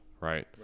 right